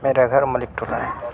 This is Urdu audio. میرا گھر ملک ٹولہ ہے